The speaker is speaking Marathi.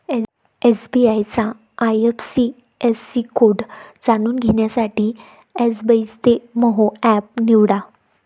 एस.बी.आय चा आय.एफ.एस.सी कोड जाणून घेण्यासाठी एसबइस्तेमहो एप निवडा